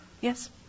Yes